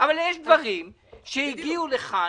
אבל יש דברים שהגיעו לכאן,